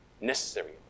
necessary